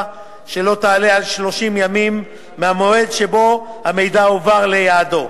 שלא תעלה על 30 ימים מהמועד שבו המידע הועבר ליעדו,